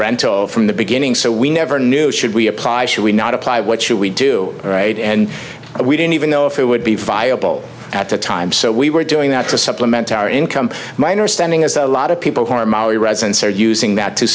rental from the beginning so we never knew should we apply should we not apply what should we do right and we didn't even know if it would be viable at the time so we were doing that to supplement our income minor standing as a lot of people who are molly residents are using that to